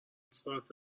صورت